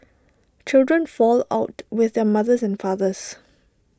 children fall out with their mothers and fathers